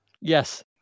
Yes